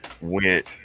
went